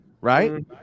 Right